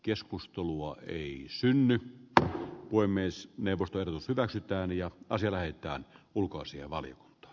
joskus tulua ei jäsenny g voimens deva carolus hyväksytään ja pasi väittää ulkoisia val i